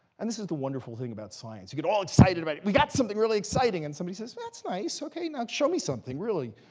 and this is the wonderful thing about science. you get all excited about it. we got something really exciting. and somebody says, that's nice. ok, now show me something really.